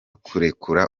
kurekura